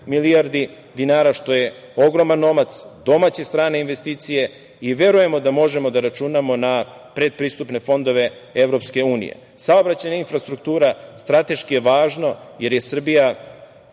milijardi dinara, što je ogroman novac, domaće strane investicije i verujemo da možemo da računamo na predpristupne fondove EU.Saobraćajna infrastruktura je strateški važna, jer je Srbija